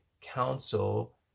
council